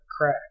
crack